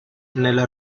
nella